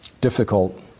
difficult